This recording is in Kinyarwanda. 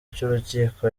cy’urukiko